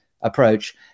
approach